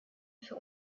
für